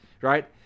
right